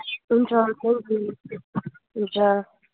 हुन्छ thank you हुन्छ